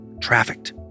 trafficked